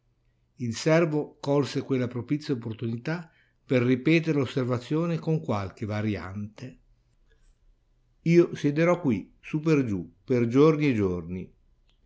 il servo colse quella propizia opportunità per ripetere l'osservazione con qualche variante io siederò quì su per giù per giorni e giorni